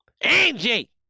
Angie